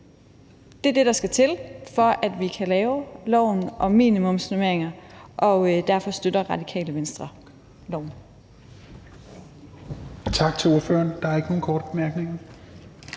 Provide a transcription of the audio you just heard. Det er det, der skal til, for at vi kan lave loven om minimumsnormeringer. Derfor støtter Radikale Venstre